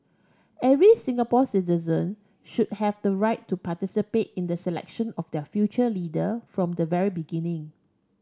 every Singapore citizen should have the right to participate in the selection of their future leader from the very beginning